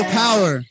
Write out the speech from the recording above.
power